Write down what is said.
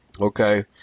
Okay